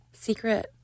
Secret